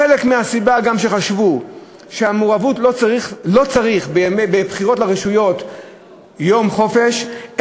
חלק מהסיבה לכך שחשבו שלא צריך בבחירות לרשויות יום חופש,